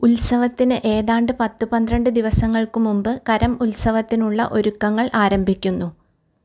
ഉത്സവത്തിന് ഏതാണ്ട് പത്ത് പന്ത്രണ്ട് ദിവസങ്ങൾക്കുമുമ്പ് കരം ഉത്സവത്തിനുള്ള ഒരുക്കങ്ങൾ ആരംഭിക്കുന്നു